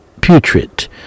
putrid